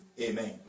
Amen